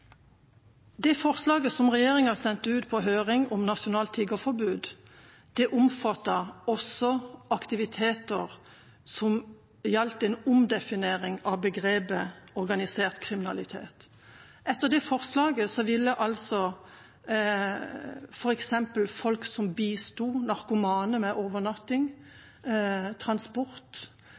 Det forslaget om nasjonalt tiggeforbud som regjeringa sendte ut på høring, omfattet også aktiviteter som gjaldt en omdefinering av begrepet «organisert kriminalitet». Etter dette forslaget ville f.eks. det at folk bisto narkomane med overnatting og transport